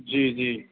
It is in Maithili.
जी जी